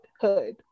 hood